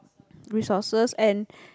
resources and